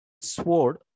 sword